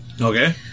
Okay